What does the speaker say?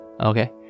Okay